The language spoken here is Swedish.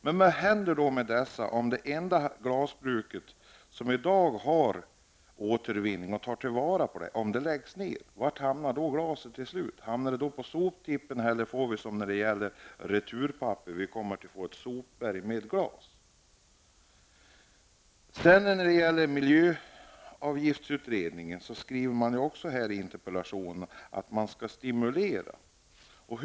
Men vad händer med detta om det enda glasbruk som i dag har återvinning och tar till vara glaset läggs ned? Var hamnar då glaset till slut? Hamnar det på soptippen eller får vi -- på samma sätt som när det gäller returpapper -- ett sopberg av glas? När det gäller miljöavgiftsutredningen står det också i svaret att man skall stimulera återanvändning och källsortering.